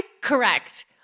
Correct